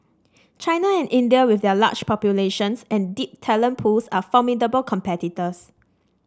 China and India with their large populations and deep talent pools are formidable competitors